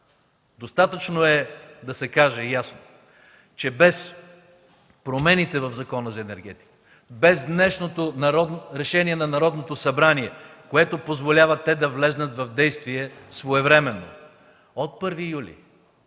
Достатъчно е да се каже ясно, че без промените в Закона за енергетиката, без днешното решение на Народното събрание, което позволява те да влязат в действие своевременно – от 1 юли,